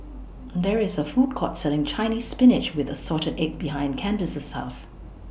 There IS A Food Court Selling Chinese Spinach with Assorted Eggs behind Candice's House